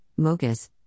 Mogus